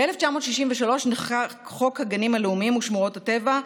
ב-1963 נחקק חוק הגנים הלאומיים ושמורות הטבע,